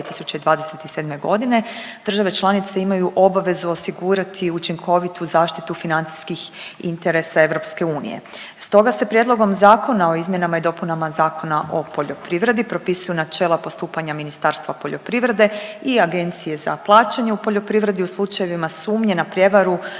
države članice imaju obavezu osigurati učinkovitu zaštitu financijskih interesa EU. Stoga se Prijedlogom zakona o izmjenama i dopunama Zakona o poljoprivredi propisuju načela postupanja Ministarstva poljoprivrede i Agencije za plaćanje u poljoprivredi u slučajevima sumnje na prijevaru,